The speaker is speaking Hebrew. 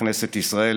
בכנסת ישראל,